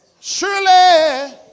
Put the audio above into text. surely